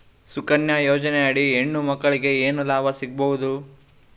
ಸುಕನ್ಯಾ ಯೋಜನೆ ಅಡಿ ಹೆಣ್ಣು ಮಕ್ಕಳಿಗೆ ಏನ ಲಾಭ ಸಿಗಬಹುದು?